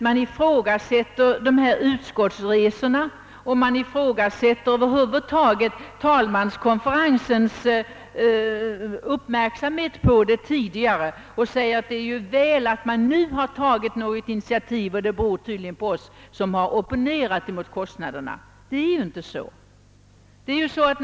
Man ifrågasätter också betydelsen av utskottsresorna, och man ifrågasätter om talmanskonferensen tidigare över huvud taget har haft sin uppmärksamhet riktad på dessa frågor. Därefter konstaterar man att det ju är väl att ett initiativ nu har tagits för att söka nedbringa kostnaderna, ett initiativ som man tydligen anser skulle vara föranlett av dem som har opponerat mot kostnaderna. Det förhåller sig emellertid inte på detta sätt.